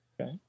okay